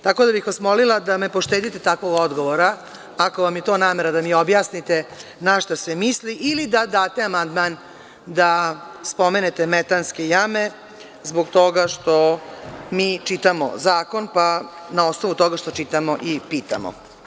Tako da bih vas molila da me poštedite takvog odgovora, ako vam je to namera da mi objasnite na šta se misli ili da date amandman da spomenete metanske jame zbog toga što mi čitamo zakon, pa na osnovu toga što čitamo i pitamo.